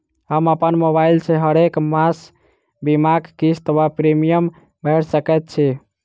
हम अप्पन मोबाइल सँ हरेक मास बीमाक किस्त वा प्रिमियम भैर सकैत छी?